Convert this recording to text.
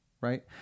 right